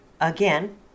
Again